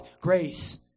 Grace